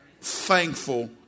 Thankful